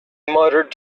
muttered